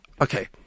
Okay